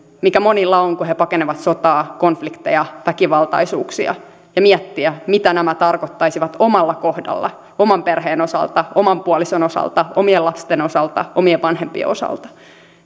mikä monilla on kun he pakenevat sotaa konflikteja väkivaltaisuuksia ja miettiä mitä nämä tarkoittaisivat omalla kohdalla oman perheen osalta oman puolison osalta omien lasten osalta omien vanhempien osalta